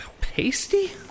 Pasty